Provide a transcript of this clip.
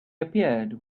appeared